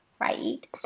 right